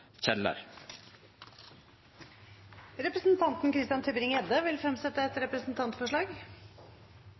Christian Tybring-Gjedde vil fremsette et representantforslag.